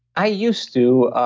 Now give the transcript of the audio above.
i used to,